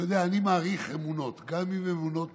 אתה יודע, אני מעריך אמונות, גם אם הן אמונות